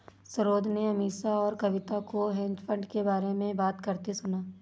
सरोज ने अमीषा और कविता को हेज फंड के बारे में बात करते सुना